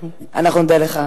אנחנו נודה לך.